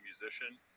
musician